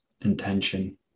intention